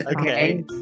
Okay